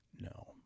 no